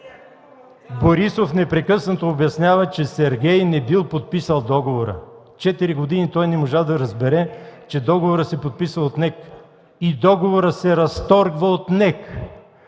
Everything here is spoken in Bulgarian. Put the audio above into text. Борисов непрекъснато обяснява, че Сергей не бил подписал договора. Четири години той не можа да разбере, че договорът се подписва от НЕК и договорът се разтрогва от НЕК.